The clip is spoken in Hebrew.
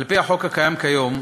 על-פי החוק הקיים כיום,